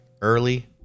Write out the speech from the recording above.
Early